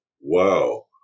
wow